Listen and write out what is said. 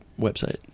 website